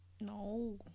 No